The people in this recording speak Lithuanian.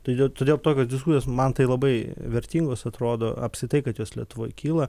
todėl todėl tokios diskusijos man tai labai vertingos atrodo apskritai kad jos lietuvoj kyla